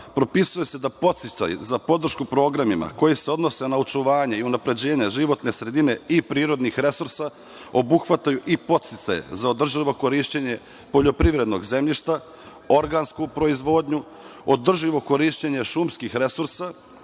propisuje se da podsticaj za podršku programima koji se odnose na očuvanje i unapređenje životne sredine i prirodnih resursa obuhvataju i podsticaje za održivo korišćenje poljoprivrednog zemljišta, organsku proizvodnju, održivo korišćenje šumskih resursa,